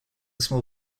small